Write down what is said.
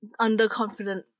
underconfident